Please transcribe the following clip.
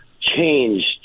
changed